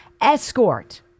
escort